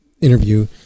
interview